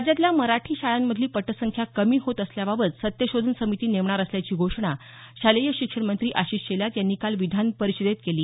राज्यातल्या मराठी शाळांमधली पटसंख्या कमी होत असल्याबाबत सत्यशोधन समिती नेमणार असल्याची घोषणा शालेय शिक्षण मंत्री आशिष शेलार यांनी काल विधानपरिषदेत केली